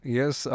yes